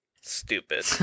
Stupid